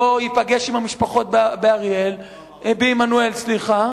לא ייפגש עם המשפחות בעמנואל, לא אמרתי את זה.